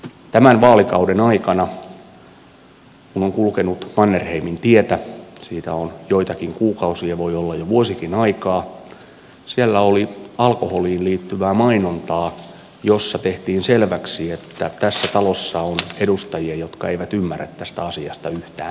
tämän vaalikauden aikana kun on kulkenut mannerheimintietä siitä on joitakin kuukausia voi olla jo vuosikin aikaa siellä oli alkoholiin liittyvää mainontaa jossa tehtiin selväksi että tässä talossa on edustajia jotka eivät ymmärrä tästä asiasta yhtään mitään